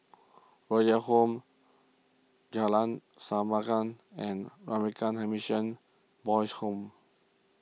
Royal Home Jalan and Ramakrishna Mission Boys' Home